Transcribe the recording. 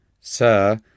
Sir